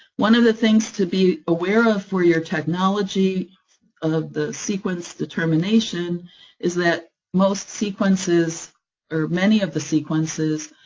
one of the things to be aware of for your technology of the sequence determination is that most sequences or many of the sequences,